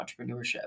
entrepreneurship